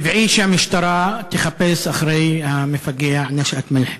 טבעי שהמשטרה תחפש אחרי המפגע נשאת מלחם,